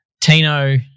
Tino